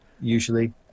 usually